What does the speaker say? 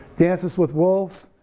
dances with wolves,